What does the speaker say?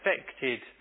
affected